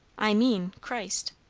i mean christ.